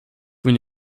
vous